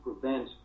prevent